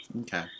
Okay